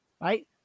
right